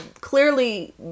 clearly